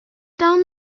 down